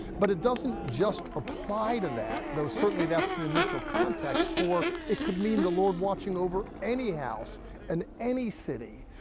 but it doesn't just apply to that, though certainly that's the initial context, for it could mean the lord watching over any house and any city,